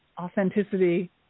authenticity